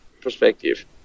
perspective